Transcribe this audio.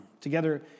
together